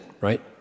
right